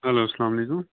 hello اسلامُ علیکُم